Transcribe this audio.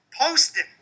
posting